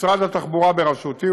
משרד התחבורה בראשותי,